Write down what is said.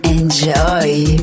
Enjoy